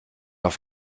auf